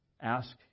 ask